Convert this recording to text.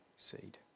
seed